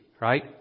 Right